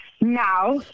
Now